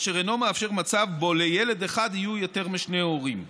אשר אינו מאפשר מצב שבו לילד אחד יהיו יותר משני הורים.